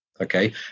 Okay